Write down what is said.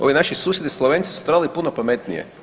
Ovi naši susjedi Slovenci su to radili puno pametnije.